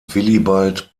willibald